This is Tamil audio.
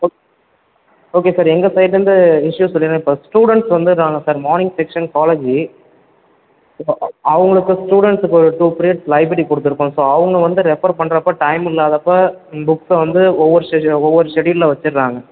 ஓகே ஓகே சார் எங்கள் சைட்லேருந்து இஸ்யூ சொல்லிடுறேன் இப்போ ஸ்டூடண்ட்ஸ் வந்துடுறாங்க சார் மார்னிங் செக்ஷன் காலேஜு அவங்களுக்கு ஸ்டூடண்ட்ஸுக்கு ஒரு டூ பீரியட்ஸ் லைப்ரரி கொடுத்துருக்கோம் ஸோ அவங்க வந்து ரெஃபர் பண்றப்போ டைம் இல்லாதப்போ புக்ஸை வந்து ஒவ்வொரு செட் ஒவ்வொரு செட்டியூலில் வச்சிடுறாங்க